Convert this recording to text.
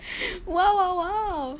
!wow! !wow! !wow!